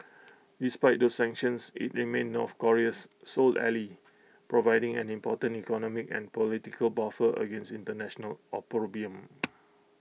despite the sanctions IT remains north Korea's sole ally providing an important economic and political buffer against International opprobrium